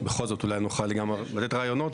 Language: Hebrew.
בכל זאת אולי נוכל גם לתת רעיונות,